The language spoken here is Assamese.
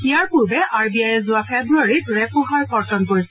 ইয়াৰ পূৰ্বে আৰ বি আয়ে যোৱা ফেব্ৰুৱাৰীত ৰেপ হাৰ কৰ্তন কৰিছিল